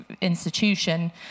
institution